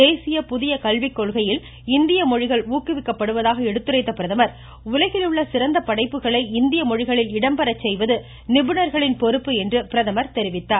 தேசிய புதிய கல்விக்கொள்கையில் இந்திய மொழிகள் ஊக்குவிக்கப்படுவதாக எடுத்துரைத்த பிரதமர் உலகில் உள்ள சிறந்த படைப்புகளை இந்திய மொழிகளில் இடம்பெற செய்வது நிபுணர்களின் பொறுப்பு என்று பிரதமர் தெரிவித்தார்